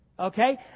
Okay